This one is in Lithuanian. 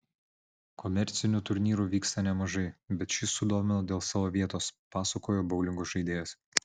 komercinių turnyrų vyksta nemažai bet šis sudomino dėl savo vietos pasakojo boulingo žaidėjas